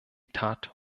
tat